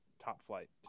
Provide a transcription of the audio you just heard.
top-flight